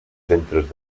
centres